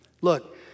Look